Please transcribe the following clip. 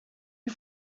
you